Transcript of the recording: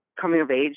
coming-of-age